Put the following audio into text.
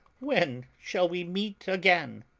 when shall we meet again?